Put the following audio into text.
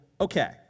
okay